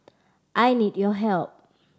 I need your help